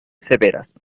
severas